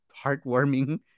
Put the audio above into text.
heartwarming